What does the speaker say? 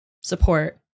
support